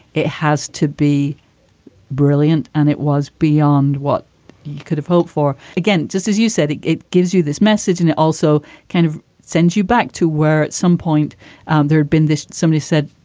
it has to be brilliant. and it was beyond what you could have hoped for. again, just as you said, it it gives you this message and it also kind of sends you back to where at some point there'd been somebody said,